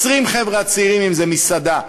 20 חבר'ה צעירים אם זה מסעדה,